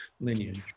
lineage